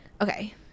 Okay